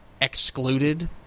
excluded